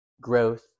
growth